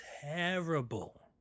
terrible